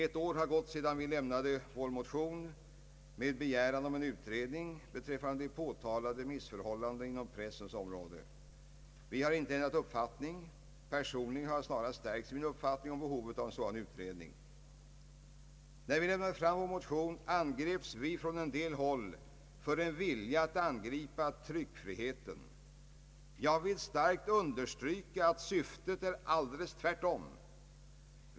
Ett år har gått sedan vi lämnade vår motion med begäran om en utredning beträffande de påtalade missförhållandena inom pressens område. Vi har inte ändrat uppfattning — personligen har jag snarast stärkts i min uppfattning om behovet av en sådan utredning. När vi lämnade fram vår motion angreps vi från en del håll för att vilja antasta tryckfriheten. Jag vill starkt understryka att syftet är det helt motsatta.